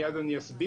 מיד אני אסביר,